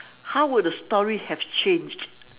how would the story have changed